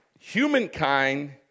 Humankind